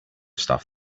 stuff